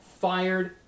fired